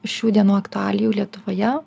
šių dienų aktualijų lietuvoje